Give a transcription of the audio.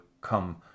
come